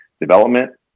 development